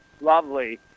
Lovely